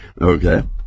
Okay